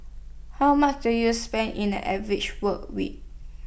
how much do you spend in an average work week